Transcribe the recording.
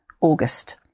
August